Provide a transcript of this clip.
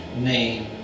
name